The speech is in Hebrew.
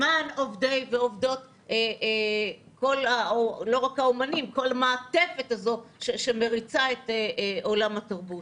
למען עובדי ועובדות כל המעטפת הזו שמריצה את עולם התרבות.